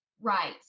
right